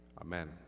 amen